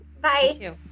bye